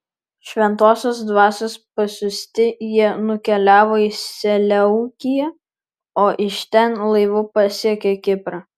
šventosios dvasios pasiųsti jie nukeliavo į seleukiją o iš ten laivu pasiekė kiprą